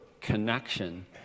connection